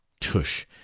Tush